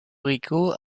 rico